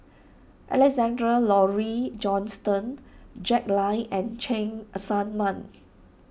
Alexander Laurie Johnston Jack Lai and Cheng Tsang Man